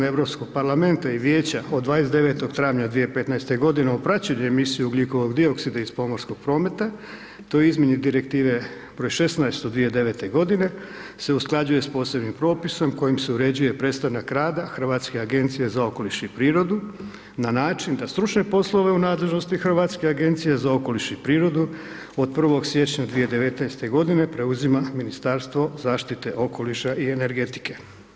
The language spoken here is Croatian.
Europskog parlamenta i Vijeća od 29. travnja 2015. godine, o praćenju emisije ugljikovog dioksida iz pomorskog prometa, toj izmjeni Direktive broj 16. od 2009. godine se usklađuje s posebnim propisom kojim se uređuje prestanak rada Hrvatske agencije za okoliš i prirodu, na način da stručne poslove u nadležnosti Hrvatske agencije za okoliš i prirodu, od 01. siječnja 2019. godine preuzima Ministarstvo zaštite okoliša i energetike.